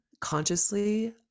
consciously